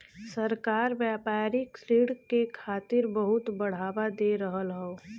सरकार व्यापारिक ऋण के खातिर बहुत बढ़ावा दे रहल हौ